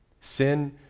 sin